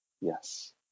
Yes